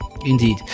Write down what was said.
Indeed